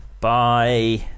bye